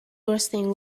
bursting